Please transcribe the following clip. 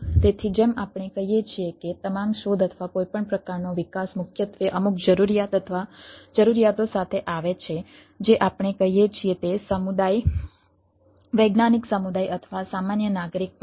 તેથી જેમ આપણે કહીએ છીએ કે તમામ શોધ અથવા કોઈપણ પ્રકારનો વિકાસ મુખ્યત્વે અમુક જરૂરિયાત અથવા જરૂરિયાતો સાથે આવે છે જે આપણે કહીએ છીએ તે સમુદાય વૈજ્ઞાનિક સમુદાય અથવા સામાન્ય નાગરિક પણ છે